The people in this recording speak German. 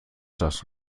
das